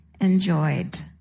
enjoyed